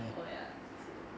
oh ya true